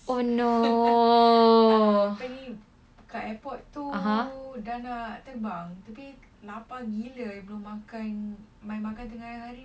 oh no (uh huh)